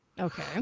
Okay